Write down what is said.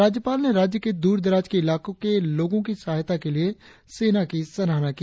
राज्यपाल ने राज्य के द्रदराज के इलाको के लोगो की सहायता के लिए सेना की सराहना की